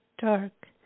dark